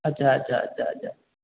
अच्छा अच्छा अच्छा अच्छा